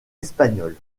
espagnole